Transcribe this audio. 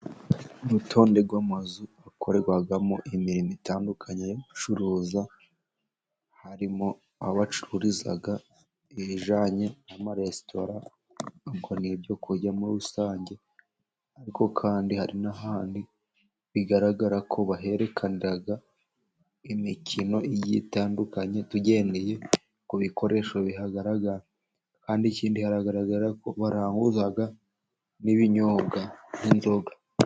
Urutonde rw'amazu akorerwamo imirimo itandukanye yo gucuruza, harimo abahacururiza ibijyanye n'amaresitora ubwo ni ibyo kurya muri rusange, ariko kandi hari n'ahandi bigaragara ko baherekanira imikino igiye itandukanye, tugendeye ku bikoresho bihagaragara kandi ikindi, hagaragara ko baranguza n'ibinyobwa n'inzoga.